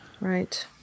Right